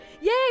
Yay